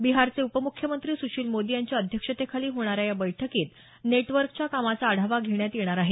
बिहारचे उपम्ख्यमंत्री सुशील मोदी यांच्या अध्यक्षतेखाली होणा या या बैठकीत नेटवर्कच्या कामाचा आढावा घेण्यात येणार आहे